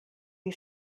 die